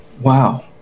Wow